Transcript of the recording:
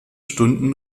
stunden